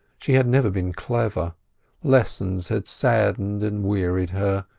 she had never been clever lessons had saddened and wearied her,